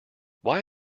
why